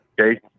Okay